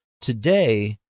today